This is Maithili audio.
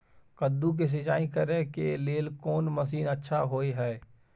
कद्दू के सिंचाई करे के लेल कोन मसीन अच्छा होय है?